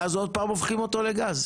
ואז עוד פעם הופכים אותו לגז?